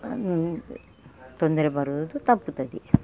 ನಮಗೆ ತೊಂದರೆ ಬರುವುದು ತಪ್ಪುತ್ತದೆ